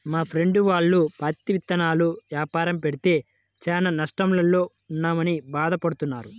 మా ఫ్రెండు వాళ్ళు పత్తి ఇత్తనాల యాపారం పెడితే చానా నష్టాల్లో ఉన్నామని భాధ పడతన్నారు